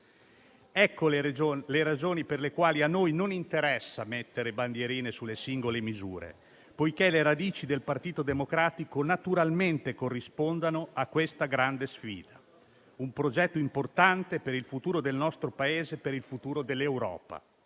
Ecco le ragioni per le quali a noi non interessa mettere bandierine sulle singole misure, poiché le radici del Partito Democratico naturalmente corrispondono a questa grande sfida; un progetto importante per il futuro del nostro Paese e per il futuro dell'Europa.